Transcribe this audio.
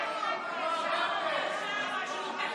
אבל הוא ישב ועשה ככה.